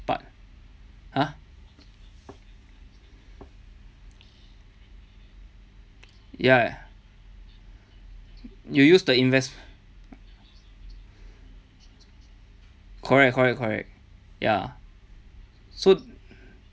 part !huh! ya you use the invest correct correct correct ya so